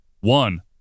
one